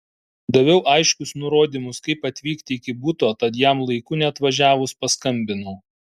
daviau aiškius nurodymus kaip atvykti iki buto tad jam laiku neatvažiavus paskambinau